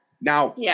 Now